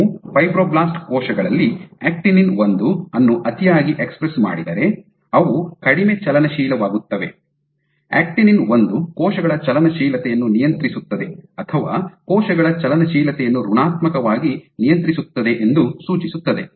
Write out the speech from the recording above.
ನೀವು ಫೈಬ್ರೊಬ್ಲಾಸ್ಟ್ ಕೋಶಗಳಲ್ಲಿ ಆಕ್ಟಿನಿನ್ ಒಂದು ಅನ್ನು ಅತಿಯಾಗಿ ಎಕ್ಸ್ಪ್ರೆಸ್ ಮಾಡಿದರೆ ಅವು ಕಡಿಮೆ ಚಲನಶೀಲವಾಗುತ್ತವೆ ಆಕ್ಟಿನಿನ್ ಒಂದು ಕೋಶಗಳ ಚಲನಶೀಲತೆಯನ್ನು ನಿಯಂತ್ರಿಸುತ್ತದೆ ಅಥವಾ ಕೋಶಗಳ ಚಲನಶೀಲತೆಯನ್ನು ಋಣಾತ್ಮಕವಾಗಿ ನಿಯಂತ್ರಿಸುತ್ತದೆ ಎಂದು ಸೂಚಿಸುತ್ತದೆ